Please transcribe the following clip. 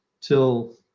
till